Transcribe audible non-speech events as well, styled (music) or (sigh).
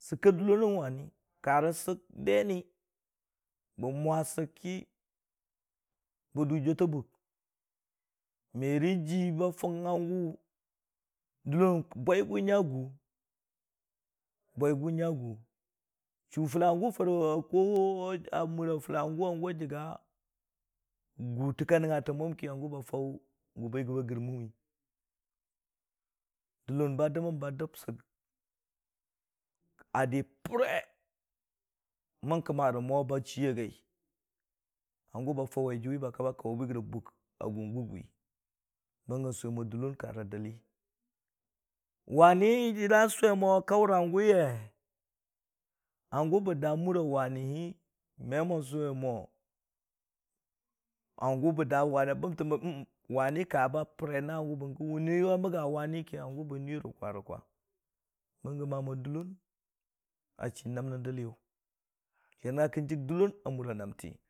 Karə sək deni mwa sək ki, bə do jwʊta bʊk, merə jii ba fʊng hangʊ wi, dəllon bwaigʊ nya gʊ chuu hangʊ a jiiga (unintelligible) gʊ tə ka nəngngatəng mwam, hangʊ ba faʊ gʊ ba gər mən wi, dəllon ba dəmən ba dəb sək a dii pəre mən kəma rə mo ba chii ya gai, hangʊ ba fauwi jʊwi ba kaʊwi bwigəri rə bʊk a gʊn gʊg wi, bəngi sʊwi mo, dəllon ka rə dəlli deni, jiiya nəngnga kən jəg dəllon a mura naamtə rə dəliyʊwi wani jira suwe mo kauwur hanguwi we ka damuri bin magawuki hango ka nui ki ka mwa sek gun suwe mo dəllən karə deliyu, bireki hangu ka chi rə wani hii ka pere hangu me mo chiya wane hii, uhm uhm bəngə jəg dəllən a mura namte.